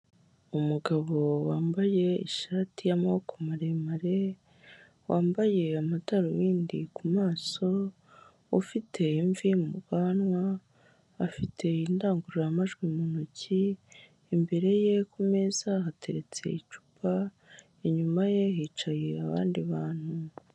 Umugabo wambaye ishati y'amaboko maremare wambaye amadarubindi ku maso, ufite imvi mu bwanwa, afite indangurura majwi mu ntoki, imbere ye kumeza hateretse icupa, inyuma ye hicaye abandi bantu.